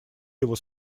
его